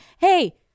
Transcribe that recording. Hey